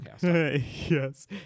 Yes